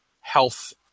health